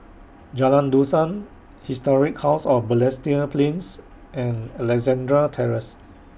Jalan Dusan Historic House of Balestier Plains and Alexandra Terrace